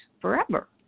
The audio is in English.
forever